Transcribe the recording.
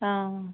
অঁ